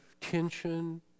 tension